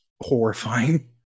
horrifying